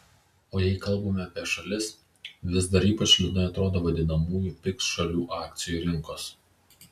o jei kalbame apie šalis vis dar ypač liūdnai atrodo vadinamųjų pigs šalių akcijų rinkos